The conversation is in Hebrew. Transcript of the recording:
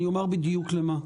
אומר בדיוק למה,